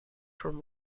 from